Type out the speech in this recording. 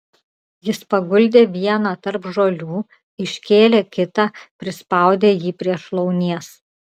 jis paguldė vieną tarp žolių iškėlė kitą prispaudė jį prie šlaunies